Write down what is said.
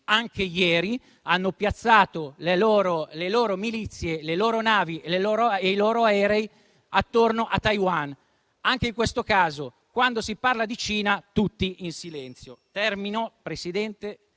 anche ieri, hanno piazzato le loro milizie, le loro navi e i loro aerei attorno a Taiwan. Anche in questo caso, quando si parla di Cina, tutti in silenzio. Termino, Presidente,